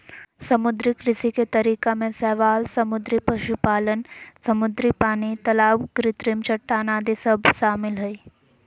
समुद्री कृषि के तरीका में शैवाल समुद्री पशुपालन, समुद्री पानी, तलाब कृत्रिम चट्टान आदि सब शामिल हइ